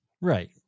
Right